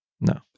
no